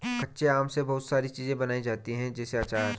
कच्चे आम से बहुत सारी चीज़ें बनाई जाती है जैसे आचार